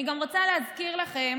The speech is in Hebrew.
אני גם רוצה להזכיר לכם